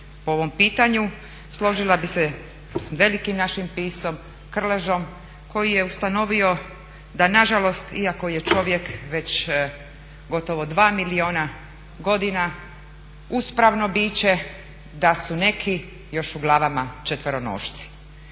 po ovom pitanju složila bih se s velikim našim piscem Krležom koji je ustanovio da nažalost iako je čovjek već gotovo 2 milijuna godina uspravno biće da su neki još u glavama četveronošci.